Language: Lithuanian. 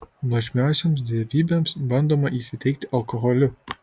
nuožmiosioms dievybėms bandoma įsiteikti alkoholiu